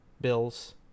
bills